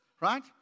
right